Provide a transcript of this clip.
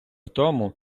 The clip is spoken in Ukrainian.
тому